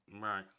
Right